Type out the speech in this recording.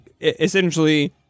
Essentially